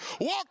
Walk